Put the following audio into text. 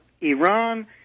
Iran